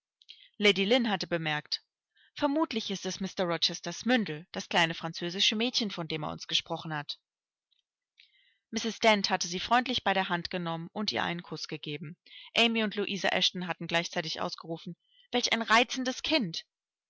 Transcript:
lady lynn hatte bemerkt vermutlich ist es mr rochesters mündel das kleine französische mädchen von dem er uns gesprochen hat mrs dent hatte sie freundlich bei der hand genommen und ihr einen kuß gegeben amy und louisa eshton hatten gleichzeitig ausgerufen welch ein reizendes kind